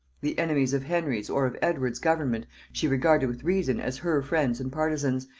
the enemies of henry's or of edward's government she regarded with reason as her friends and partisans,